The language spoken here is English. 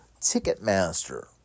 Ticketmaster